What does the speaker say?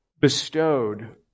bestowed